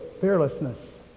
fearlessness